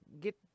get